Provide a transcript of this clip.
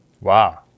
Wow